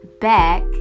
back